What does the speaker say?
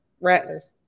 Rattlers